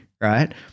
right